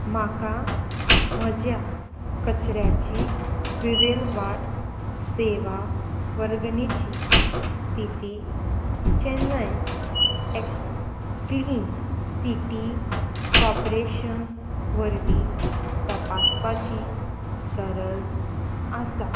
म्हाका म्हज्या कचऱ्याची विवेवाट सेवा वर्गणीची स्थिती चेन्नय एक क्लीन सिटी कॉर्परेशन वरवीं तपासपाची गरज आसा